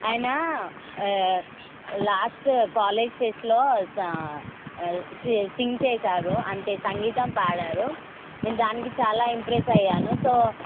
ఆయన last college ఫెస్ట్లో స సి సింగ్ చేశారు అంటే సంగీతం పాడారు నేను దానికి చాలా ఇంప్రెస్ అయ్యాను సో